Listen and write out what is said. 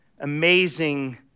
amazing